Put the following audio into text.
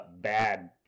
bad